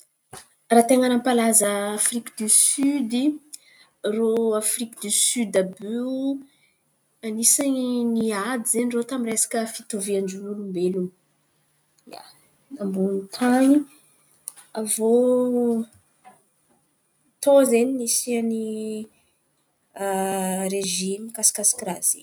Raha ten̈a nampalaza Afriky diosiody, irô Afriky diosiody àby iô anisan̈y niady izen̈y irô tamin’ny resaka fitovian-jon’olombelona, ia tambon’ny tan̈y. Avô tô zen̈y nisian’ny rezima mikasikasika raha izen̈y.